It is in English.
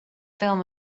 film